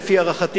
לפי הערכתי,